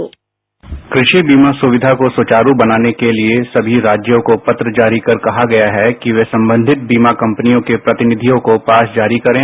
sound bite कृषि बीमा सुविधा को सुचारूबनाने के लिए सभी राज्यों को पत्र जारी कर कहा गया है कि वह संबंधित बीमा कंपनियोंके प्रतिनिधियों को पास जारी करें